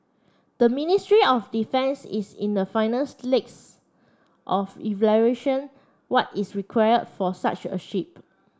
the Ministry of Defence is in the finals legs of evaluation what is required for such a ship